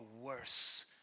worse